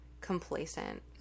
complacent